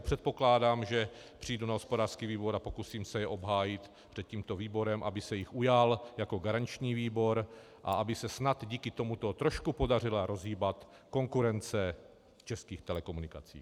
Předpokládám, že přijdu na hospodářský výbor, a pokusím se je obhájit před tímto výborem, aby se jich ujal jako garanční výbor a aby se snad díky tomuto trošku podařila rozhýbat konkurence českých telekomunikací.